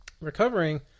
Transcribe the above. Recovering